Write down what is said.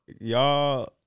y'all